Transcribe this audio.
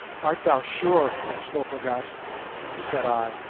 art thou sure, umslopogaas said i,